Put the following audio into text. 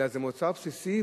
אלא שזה מוצר בסיסי,